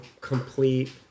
complete